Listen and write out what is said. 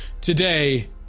Today